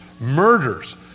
murders